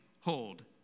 hold